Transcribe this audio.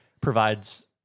provides